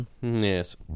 Yes